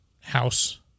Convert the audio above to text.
house